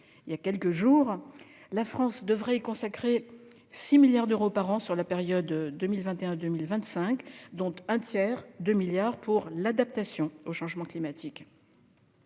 il y a quelques jours. La France devrait y consacrer 6 milliards d'euros par an sur la période 2021-2025, dont un tiers pour l'adaptation au changement climatique.